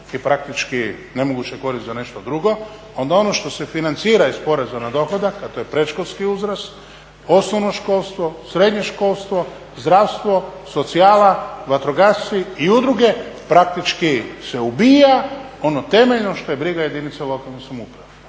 i praktički nemoguće je koristiti za nešto drugo onda ono što se financira iz poreza na dohodak, a to je predškolski uzrast, osnovno školstvo, srednje školstvo, zdravstvo, socijala, vatrogasci i udruge praktički se ubija ono temeljno što je briga jedinice lokalne samouprave.